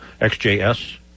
XJS